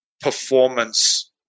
performance